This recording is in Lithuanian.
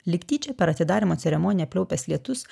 lyg tyčia per atidarymo ceremoniją pliaupęs lietus